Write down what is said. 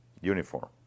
uniform